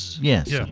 Yes